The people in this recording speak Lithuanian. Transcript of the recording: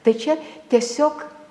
tai čia tiesiog